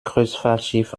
kreuzfahrtschiff